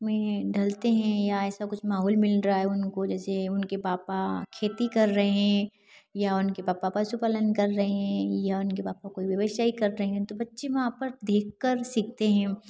में ढलते हैं या ऐसा कुछ माहौल मिल रहा है उनको जैसे उनके पापा खेती कर रहे हैं या उनके पापा पशुपालन कर रहे हैं या उनके पापा कोई व्यवसाय कर रहे हैं तो बच्चे वहाँ पर देखकर सीखते हैं